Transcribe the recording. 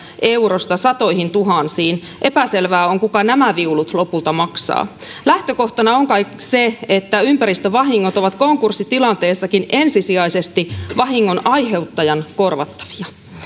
eurosta satoihintuhansiin epäselvää on kuka nämä viulut lopulta maksaa lähtökohtana on kai se että ympäristövahingot ovat konkurssitilanteessakin ensisijaisesti vahingon aiheuttajan korvattavia